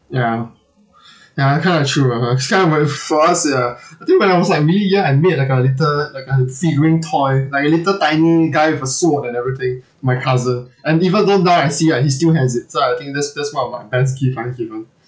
ya ya kind of true ah kind of for us ya I think when I was like really young I made like a little like a toy like a little tiny guy with a sword and everything my cousin and even though now I see ah he still has it so I think this this one of my best gift I have given